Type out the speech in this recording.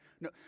no